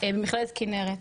של מכללת כינרת.